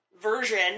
version